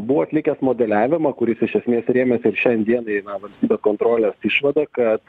buvo atlikęs modeliavimą kuris iš esmės rėmėsi ir šian dienai yra valstybės kontrolės išvada kad